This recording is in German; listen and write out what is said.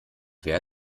wer